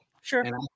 Sure